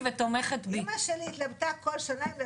אורית, בבקשה.